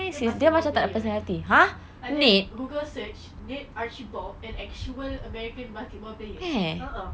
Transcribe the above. dia basketball player eh ada google search nick archie bald an actually american basketball player ah ah